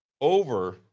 over